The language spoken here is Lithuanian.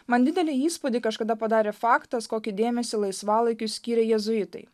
man didelį įspūdį kažkada padarė faktas kokį dėmesį laisvalaikiui skyrė jėzuitai